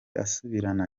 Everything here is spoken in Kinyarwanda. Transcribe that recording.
asubirana